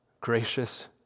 gracious